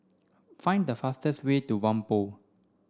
find the fastest way to Whampoa